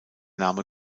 name